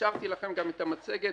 גם השארתי לכם את המצגת,